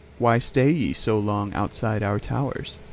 why stay ye so long outside our towers?